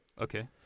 Okay